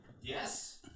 Yes